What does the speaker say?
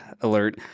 alert